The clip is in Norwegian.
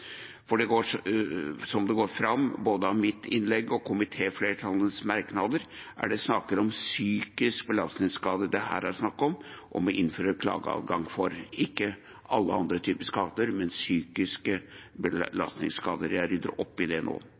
Som det går fram av både mitt innlegg og komitéflertallenes merknader, er det psykiske belastningsskader det her er snakk om å innføre klageadgang for, ikke alle andre typer skader. Jeg rydder opp i det nå.